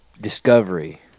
discovery